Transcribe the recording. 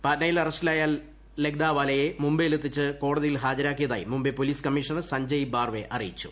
പാറ്റ്നയിൽ അറസ്റ്റിലായ ലക്ഡാവാലയെ മുംബൈയിലെത്തിച്ച് കോടതിയിൽ ഹാജരാക്കിയതായി മുംബൈ പോലീസ് കമ്മീഷണർ സഞ്ജയ് ബാർവെ അറിയിച്ചു